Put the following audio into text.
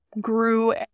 grew